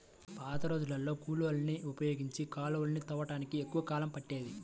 పాతరోజుల్లో కూలోళ్ళని ఉపయోగించి కాలవలని తవ్వడానికి ఎక్కువ కాలం పట్టేది